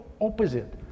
opposite